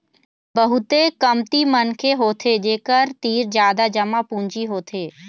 बहुते कमती मनखे होथे जेखर तीर जादा जमा पूंजी होथे